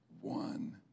one